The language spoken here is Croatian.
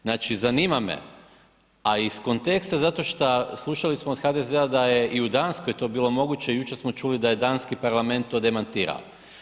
Znači zanima me, a iz konteksta zato što, slušali smo od HDZ-a da je i u Danskoj to bilo moguće, jučer smo čuli da je danski parlament to demantirao.